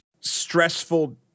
stressful